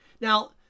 Now